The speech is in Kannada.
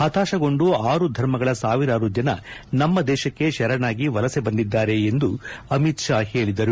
ಪತಾಶಗೊಂಡು ಆರು ಧರ್ಮಗಳ ಸಾವಿರಾರು ಜನ ನಮ್ನ ದೇಶಕ್ಕೆ ಶರಣಾಗಿ ವಲಸೆ ಬಂದಿದ್ದಾರೆ ಎಂದು ಅಮಿತ್ ಷಾ ಹೇಳಿದರು